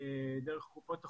דרך קופות החולים,